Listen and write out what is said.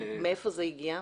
מאיפה זה הגיע?